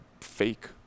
fake